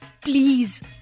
please